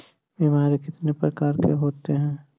बीमारी कितने प्रकार के होते हैं?